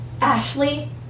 Ashley